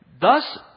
thus